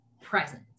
presence